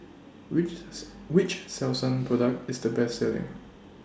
which's Which Selsun Product IS The Best Selling